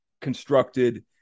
constructed